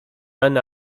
man